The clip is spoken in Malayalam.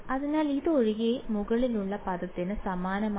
അതിനാൽ ഇത് ഒഴികെ മുകളിലുള്ള പദത്തിന് സമാനമാണ്